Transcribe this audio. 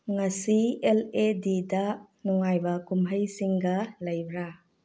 ꯉꯁꯤ L E ꯗꯤꯗ ꯅꯨꯡꯉꯥꯏꯕ ꯀꯨꯝꯍꯩꯁꯤꯡꯒ ꯂꯩꯕ꯭ꯔꯥ